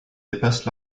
dépasse